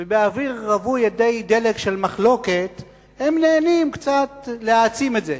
ובאוויר רווי אדי דלק של מחלוקת הם נהנים קצת להעצים את זה.